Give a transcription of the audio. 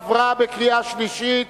עברה בקריאה שלישית